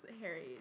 harry